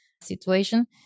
situation